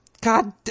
god